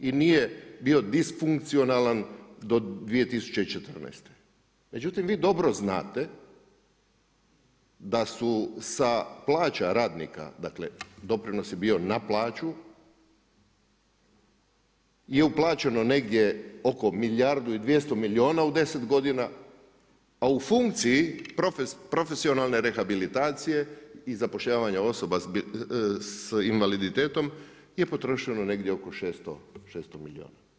I nije bio disfunkcionalan do 2014., međutim vi dobro znate da su sa plaća radnika, dakle doprinos je bio na plaću je uplaćeno negdje oko milijardu i 200 milijuna u 10 godina a u funkciji profesionalne rehabilitacije i zapošljavanja osoba sa invaliditetom je potrošeno negdje oko 600 milijuna.